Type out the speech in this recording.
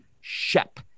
shep